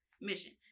mission